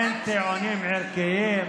אין טיעונים ערכיים.